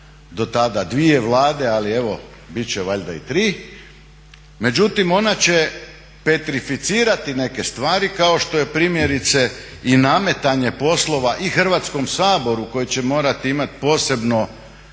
do tada dvije Vlade, ali evo bit će valjda i tri. Međutim, ona će petrificirati neke stvari kao što je primjerice i nametanje poslova i Hrvatskom saboru koji će morati imati posebno